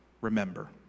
remember